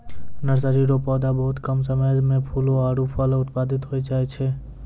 nursery रो पौधा बहुत कम समय मे फूल आरु फल उत्पादित होय जाय छै